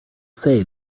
say